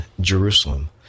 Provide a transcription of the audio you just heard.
Jerusalem